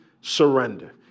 surrender